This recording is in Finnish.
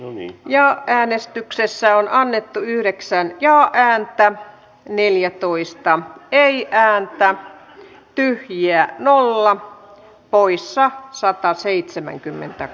lumi ja äänestyksessä on annettu yhdeksän ja hän te neljätoista ei jää mitään en jää nolla poissa sataseitsemänkymmentä